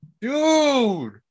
dude